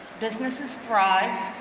businesses thrive,